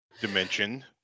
dimension